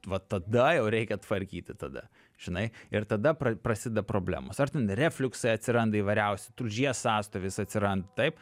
vat tada jau reikia tvarkyti tada žinai ir tada pra prasideda problemos ar ten refliuksai atsiranda įvairiausi tulžies sąstovis atsiranda taip